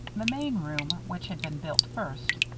the main room, which had been built first,